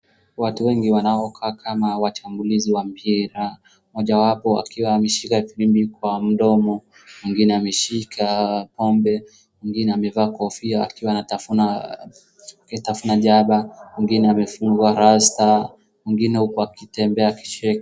Watu wengi wanaokaa kama wachambulizi wa mpira mojawapo akiwa ameshika firimbi kwa mdomo, mwingine ameshika pombe, mwingine amevaa kofia akitafuna jaba , mwingine amefungwa rasta, mwingine huku akitembea aki.